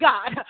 God